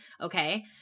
Okay